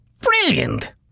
brilliant